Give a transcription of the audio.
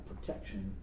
protection